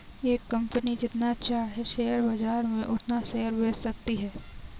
एक कंपनी जितना चाहे शेयर बाजार में उतना शेयर बेच सकती है